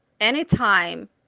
anytime